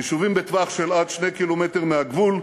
יישובים בטווח של עד 2 ק"מ מהגבול,